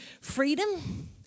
freedom